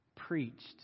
Preached